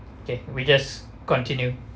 okay we just continue